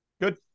good